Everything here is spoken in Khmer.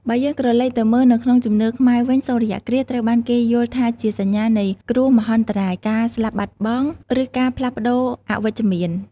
បើយើងក្រឡេកទៅមើលនៅក្នុងជំនឿខ្មែរវិញ សូរ្យគ្រាសត្រូវបានគេយល់ថាជាសញ្ញានៃគ្រោះមហន្តរាយ ការស្លាប់បាត់បង់ ឬការផ្លាស់ប្តូរអវិជ្ជមាន ។